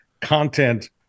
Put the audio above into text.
content